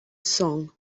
song